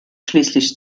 schließlich